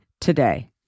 today